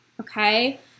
Okay